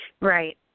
right